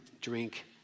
drink